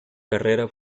carrera